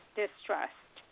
distrust